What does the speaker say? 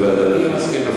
אני מסכים.